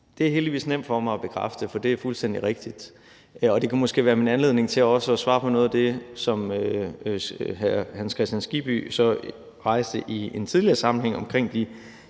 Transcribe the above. Det er heldigvis nemt for mig at bekræfte, for det er fuldstændig rigtigt. Det kan måske være min anledning til også at svare på noget af det, som hr. Hans Kristian Skibby rejste i en tidligere sammenhæng, om de